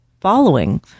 following